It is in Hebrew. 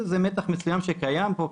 זה מתח מסוים שקיים פה,